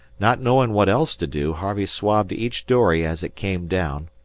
not knowing what else to do, harvey swabbed each dory as it came down,